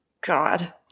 God